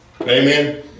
Amen